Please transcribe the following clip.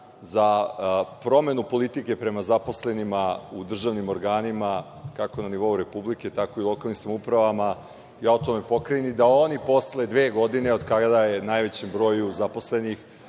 za promenu politike prema zaposlenima u državnim organima kako na nivou Republike, tako i u lokalnim samoupravama i autonomnoj pokrajini, da oni posle dve godine od kada je najvećem broju zaposlenih,